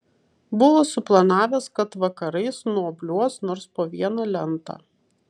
buvo suplanavęs kad vakarais nuobliuos nors po vieną lentą